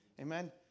Amen